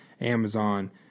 Amazon